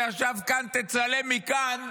שישב כאן: תצלם מכאן,